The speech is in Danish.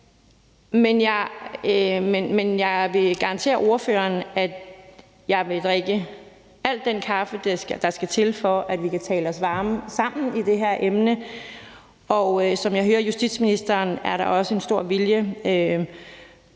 men jeg vil garantere ordføreren, at jeg vil drikke al den kaffe, der skal til, for at vi kan tale os varme sammen i det her emne. Og som jeg hører justitsministeren, er der også en stor vilje